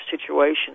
situation